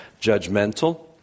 Judgmental